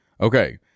Okay